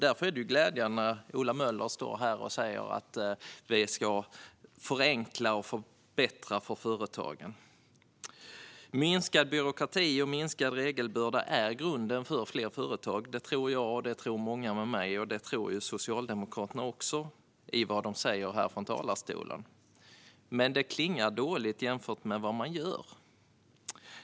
Därför är det glädjande att Ola Möller säger att regeringen ska förenkla och förbättra för företagen. Minskad byråkrati och minskad regelbörda är grunden för att få fler företag. Det tror jag och många med mig, och att döma av vad de säger i talarstolen tror Socialdemokraterna det också. Men det klingar illa i förhållande till vad Socialdemokraterna gör.